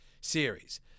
series